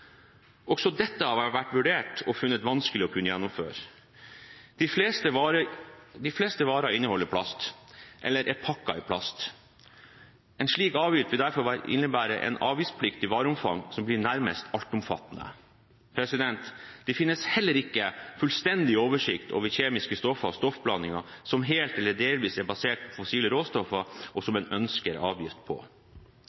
Også dette har vært vurdert og er funnet vanskelig å kunne gjennomføre. De fleste varer inneholder plast eller er pakket i plast. En slik avgift vil derfor innebære et avgiftspliktig vareomfang som blir nærmest altomfattende. Det finnes heller ikke fullstendig oversikt over kjemiske stoffer og stoffblandinger som helt eller delvis er basert på fossile råstoffer, og som